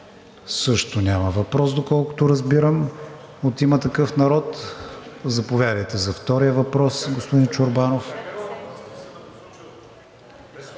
Също няма въпрос, доколкото разбирам. От „Има такъв народ“? Заповядайте за втория въпрос, господин Чорбанов.